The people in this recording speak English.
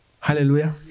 Hallelujah